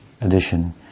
edition